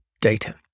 data